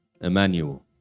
Emmanuel